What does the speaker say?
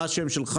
מה השם שלך,